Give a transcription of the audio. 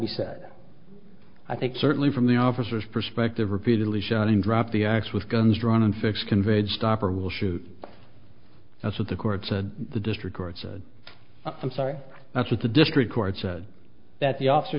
be said i think certainly from the officers perspective repeatedly shown him drop the axe with guns drawn and fixed conveyed stop or we'll shoot that's what the court said the district court said i'm sorry that's what the district court said that the